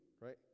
right